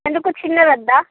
ఎందుకు చిన్నది వద్దా